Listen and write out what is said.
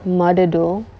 mother dough